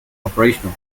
operational